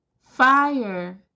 Fire